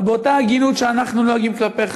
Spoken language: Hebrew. אבל באותה הגינות שאנחנו נוהגים כלפיך,